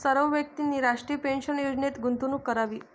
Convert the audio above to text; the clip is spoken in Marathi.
सर्व व्यक्तींनी राष्ट्रीय पेन्शन योजनेत गुंतवणूक करावी